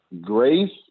Grace